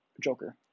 Joker